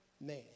man